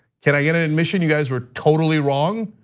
can i get an admission you guys were totally wrong?